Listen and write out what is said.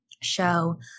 show